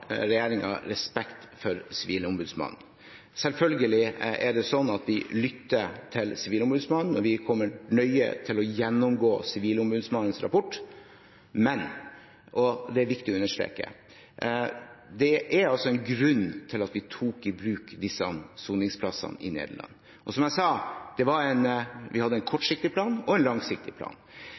er det slik at vi lytter til Sivilombudsmannen, og vi kommer til å gjennomgå Sivilombudsmannens rapport nøye, men – og det er viktig å understreke – det er altså en grunn til at vi tok i bruk disse soningsplassene i Nederland. Som jeg sa: Vi hadde en kortsiktig plan og en langsiktig plan.